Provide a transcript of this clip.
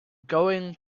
going